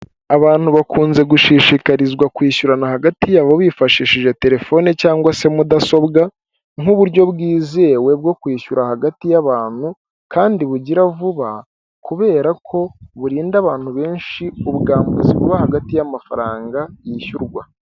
Abantu bakunze gushishikarizwa kwishyurana hagati yabo bifashishije terefone cyangwa se mudasobwa nk'uburyo bwizewe bwo kwishyura hagati y'abantu kandi bugira vuba kubera ko burinda abantu benshi ubwambuzi buba hagati y'amafaranga yishyurwa.